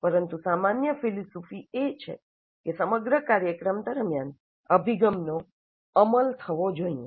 પરંતુ સામાન્ય ફિલસૂફી એ છે કે સમગ્ર કાર્યક્રમ દરમિયાન અભિગમનો અમલ થવો જોઈએ